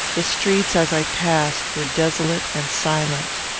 the streets, as i passed, were desolate and silent.